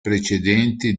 precedenti